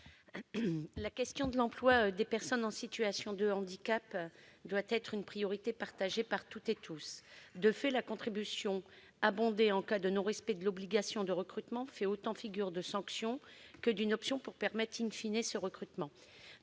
Apourceau-Poly. L'emploi des personnes en situation de handicap doit être une priorité partagée par toutes et tous. En pratique, pourtant, la contribution acquittée en cas de non-respect de l'obligation de recrutement fait autant figure de sanction que d'une option visant à permettre ce recrutement.